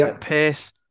Pace